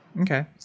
Okay